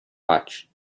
pouch